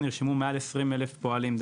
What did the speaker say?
נרשמו מעל 20,000 פועלים,